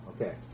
okay